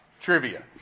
Trivia